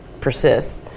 persists